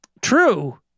true